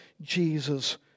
Jesus